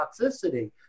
toxicity